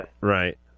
Right